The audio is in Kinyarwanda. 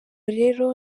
rero